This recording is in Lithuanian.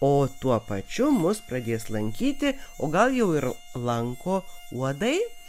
o tuo pačiu mus pradės lankyti o gal jau ir lanko uodai